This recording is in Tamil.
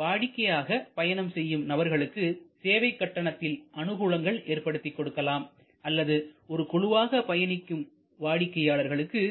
வாடிக்கையாக பயணம் செய்யும் நபர்களுக்கு சேவை கட்டணத்தில் அனுகூலங்கள் ஏற்படுத்திக் கொடுக்கலாம் அல்லது ஒரு குழுவாக பயணிக்கும் வாடிக்கையாளர்களுக்கு